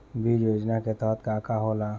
बीज योजना के तहत का का होला?